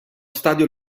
stadio